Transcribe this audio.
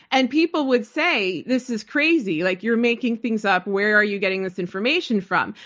and people would say this is crazy, like, you're making things up where are you getting this information from?